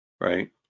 right